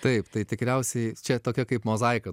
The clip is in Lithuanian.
taip tai tikriausiai čia tokia kaip mozaika